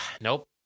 nope